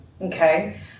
okay